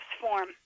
form